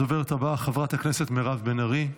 הדוברת הבאה, חברת הכנסת מירב בן ארי.